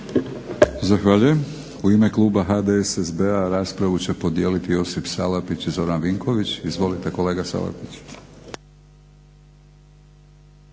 Zahvaljujem. U ime kluba HDSSB-a raspravu će podijeliti Josip Salapić i Zoran Vinković. Izvolite kolega Salapić.